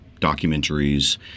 documentaries